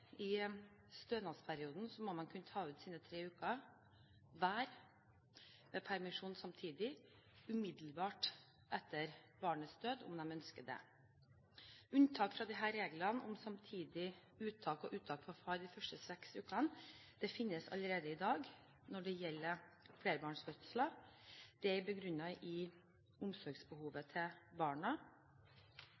i stønadsperioden, må kunne ta ut sine tre uker med permisjon samtidig, umiddelbart etter barnets død om de ønsker det. Unntak fra disse reglene om samtidig uttak og uttak for far de første seks ukene finnes allerede i dag når det gjelder flerbarnsfødsler. Det er begrunnet i barnas omsorgsbehov. Men hva med det omsorgsbehovet